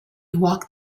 walked